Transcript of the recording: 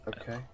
Okay